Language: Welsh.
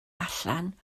allan